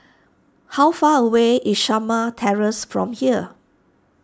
how far away is Shamah Terrace from here